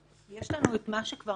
יש לנו את מה שכבר